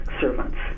servants